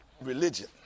religion